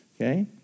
Okay